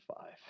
five